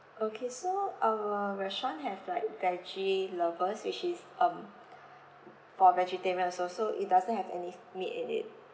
okay so our restaurant have like veggie lovers which is um for vegetarian so so it doesn't have any meat in it